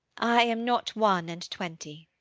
i am not one and twenty.